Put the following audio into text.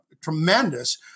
tremendous